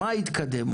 מה התקדם,